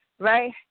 right